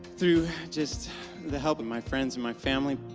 through just the help of my friends and my family,